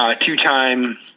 two-time